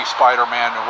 Spider-Man